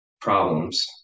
problems